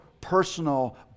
personal